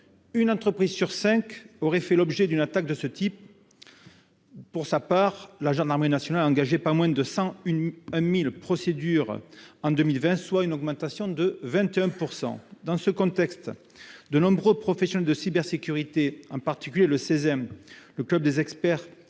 Une entreprise sur cinq aurait fait l'objet d'une attaque de ce type. La gendarmerie nationale a engagé 101 000 procédures en 2020, soit une hausse de 21 %. Dans ce contexte, de nombreux professionnels de la cybersécurité, en particulier le Club des experts